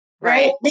right